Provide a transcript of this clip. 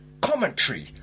commentary